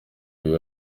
ibi